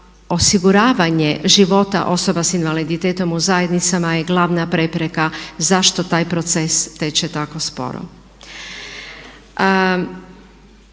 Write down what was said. osiguravanje života osoba sa invaliditetom u zajednicama je glavna prepreka zašto taj proces teče tako sporo.